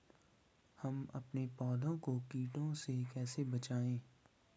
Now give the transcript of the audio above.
हम अपने पौधों को कीटों से कैसे बचाएं?